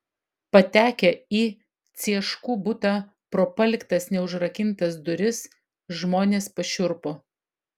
patekę į cieškų butą pro paliktas neužrakintas duris žmonės pašiurpo